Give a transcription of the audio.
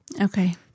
Okay